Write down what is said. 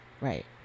right